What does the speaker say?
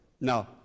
Now